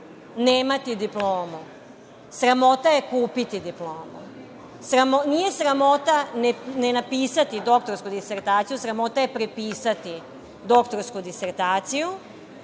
nemati diplomu. Sramota je kupiti diplomu. Nije sramota ne napisati doktorsku disertaciju. Sramota je prepisati doktorsku disertaciju.